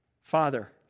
Father